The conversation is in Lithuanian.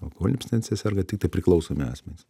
alkoholine abstinencija serga tiktai priklausomi asmenys